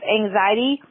anxiety